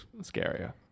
scarier